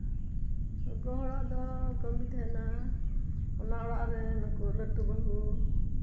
ᱜᱚᱜᱚ ᱦᱚᱲᱟᱜ ᱫᱚ ᱠᱟᱹᱢᱤ ᱛᱟᱦᱮᱱᱟ ᱚᱱᱟ ᱚᱲᱟᱜ ᱨᱮᱱ ᱩᱱᱠᱩ ᱞᱟᱹᱴᱩ ᱵᱟᱦᱩ